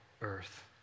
earth